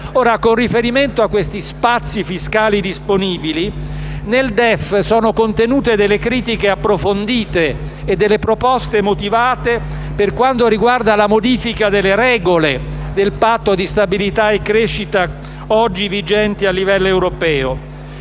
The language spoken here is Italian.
Con riferimento a questi spazi fiscali disponibili, nel DEF sono contenute delle critiche approfondite e delle proposte motivate per quanto riguarda la modifica delle regole del Patto di stabilità e crescita oggi vigente a livello europeo.